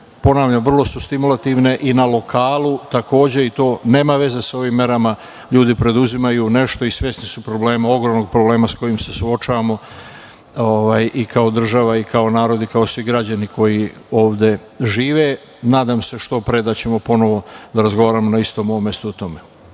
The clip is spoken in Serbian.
ponavljam, vrlo su stimulativne i na lokalu takođe i to nema veze sa ovim merama – ljudi preduzimaju nešto i svesni su ogromnog problema sa kojim se suočavamo i kao država i kao narod i kao svi građani koji ovde žive. Nadam se što pre da ćemo ponovo da razgovaramo na istom ovom mestu o tome.